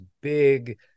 big